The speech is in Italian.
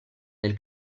del